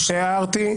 הערתי.